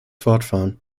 fortfahren